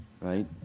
Right